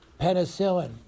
Penicillin